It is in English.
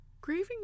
Grieving